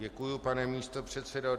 Děkuji, pane místopředsedo.